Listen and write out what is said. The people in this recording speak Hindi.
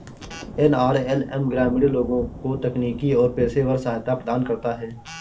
एन.आर.एल.एम ग्रामीण लोगों को तकनीकी और पेशेवर सहायता प्रदान करता है